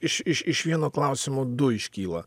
iš iš iš vieno klausimo du iškyla